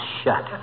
shut